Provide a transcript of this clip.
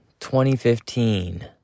2015